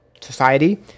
society